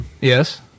Yes